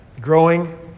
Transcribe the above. growing